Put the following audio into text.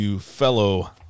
fellow